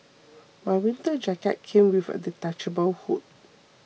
my winter jacket came with a detachable hood